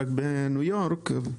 רק בניו-יורק.